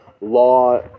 law